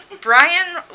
Brian